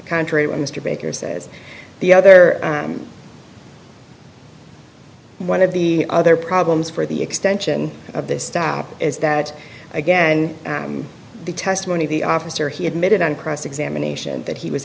country when mr baker says the other one of the other problems for the extension of this staff is that again the testimony of the officer he admitted on cross examination that he was